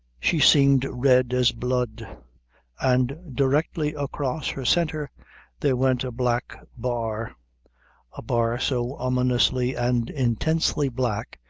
she seemed red as blood and directly across her centre there went a black bar a bar so ominously and intensely black,